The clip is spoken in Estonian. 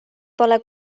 pole